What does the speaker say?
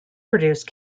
produced